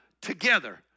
together